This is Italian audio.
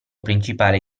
principale